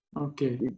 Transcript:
okay